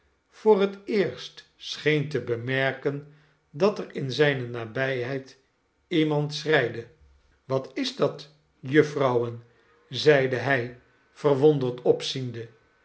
voor het eerst scheen te bemerken dat er in zijne nabijheid iemand schreide wat is dat jufvrouwen zeide hij verwonderd